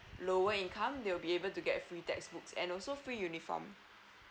lower income they will be able to get free textbook and also free uniform